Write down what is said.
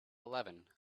eleven